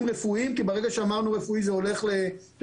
רפואיים כי ברגע שאמרנו רפואי --- לא,